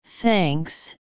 Thanks